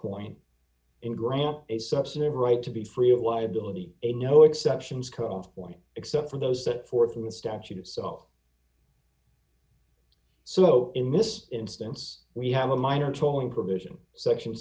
point in grant a substantive right to be free of liability a no exceptions cut off point except for those that th in the statute itself so in this instance we have a minor tolling provision section